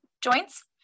joints